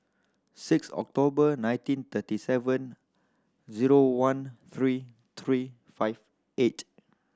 six October nineteen thirty seven zero one three three five eight